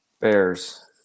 Bears